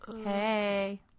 Hey